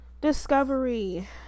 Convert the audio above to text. Discovery